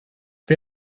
wer